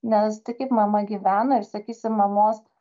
nes tai kaip mama gyveno ir sakysim mamos